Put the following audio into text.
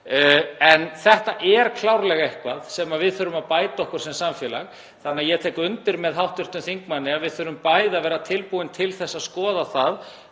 Þetta er klárlega eitthvað sem við þurfum að bæta okkur í sem samfélag þannig að ég tek undir með hv. þingmanni að við þurfum bæði að vera tilbúin til að skoða það